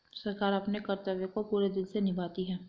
सरकार अपने कर्तव्य को पूरे दिल से निभाती है